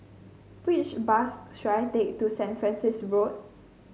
which bus should I take to Saint Francis Road